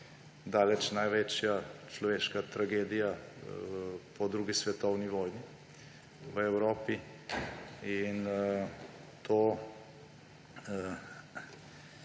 Daleč največja človeška tragedija po 2. svetovni vojni v Evropi. In to